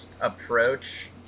Approach